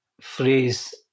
phrase